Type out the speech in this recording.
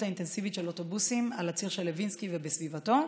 האינטנסיבית של אוטובוסים על הציר של לוינסקי ובסביבתו.